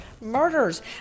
murders